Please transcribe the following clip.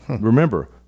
Remember